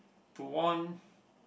to warn